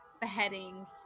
beheadings